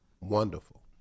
Wonderful